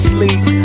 Sleep